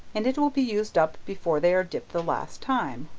and it will be used up before they are dipped the last time,